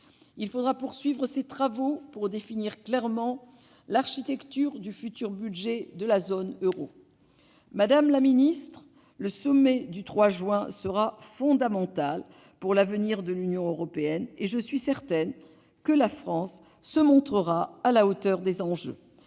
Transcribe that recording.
Il faudra poursuivre ces travaux pour définir clairement l'architecture du futur budget de la zone euro. Madame la secrétaire d'État, le sommet du 30 juin sera fondamental pour l'avenir de l'Union européenne. Je suis certaine que la France se montrera à la hauteur des enjeux.